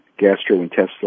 gastrointestinal